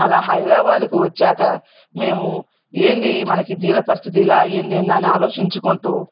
అలా హైదరాబాద్కు వచ్చాక మేము ఏందీ మనకి దీన పరిస్థితి ఇలా అయ్యిందేంది అని ఆలోచించుకుంటూ